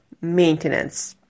maintenance